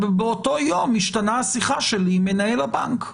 באותו יום השתנתה השיחה שלי עם מנהל הבנק.